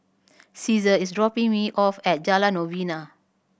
Ceasar is dropping me off at Jalan Novena